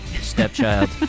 stepchild